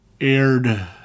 aired